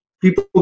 people